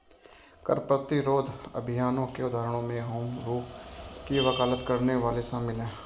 कर प्रतिरोध अभियानों के उदाहरणों में होम रूल की वकालत करने वाले शामिल हैं